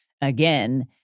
again